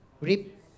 Rip